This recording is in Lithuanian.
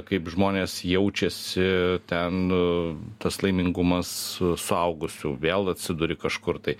kaip žmonės jaučiasi ten tas laimingumas suaugusių vėl atsiduri kažkur tai